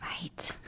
Right